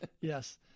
yes